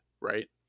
right